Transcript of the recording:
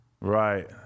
right